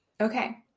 Okay